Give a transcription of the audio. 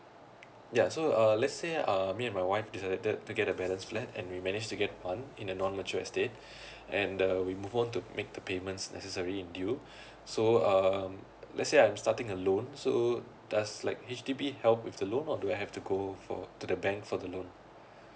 ya so uh let's say uh me my wife decided to get a balance flat and we managed to get one in the non mature estate and uh we move on to make the payments necessary in due so um let's say I'm starting a loan so does like H_D_B help with the loan or do I have to go for to the bank for the loan